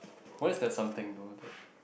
what if there's something though that